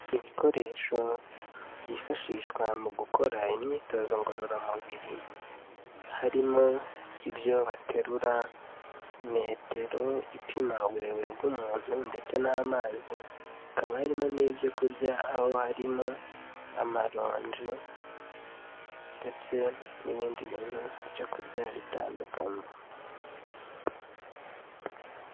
Ibikoresho byifashishwa mu gukora imyitozo ngororamubiri, harimo ibyo baterura, metero ipima uburebure bw'umuntu, ndetse n'amazi, hakaba harimo n'ibyo kurya, aho harimo amaronji ndetse n'ibindi bintu byo kurya bitandukanye.